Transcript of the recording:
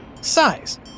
size